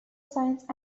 science